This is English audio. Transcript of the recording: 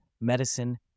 medicine